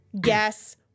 Guess